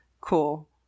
Cool